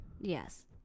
Yes